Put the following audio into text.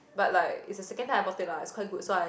but like it's the second time I bought it lah it's quite good so I